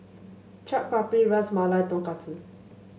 Chaat Papri Ras Malai Tonkatsu